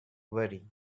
worry